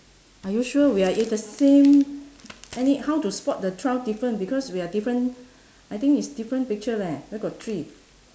are you sure we are in the same any how to spot the twelve different because we are different I think is different picture leh where got tree